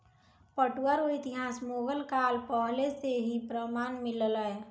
पटुआ रो इतिहास मुगल काल पहले से ही प्रमान मिललै